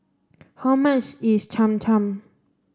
how much is Cham Cham